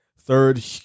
Third